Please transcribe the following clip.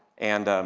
and, ah,